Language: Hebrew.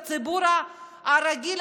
הציבור הרגיל,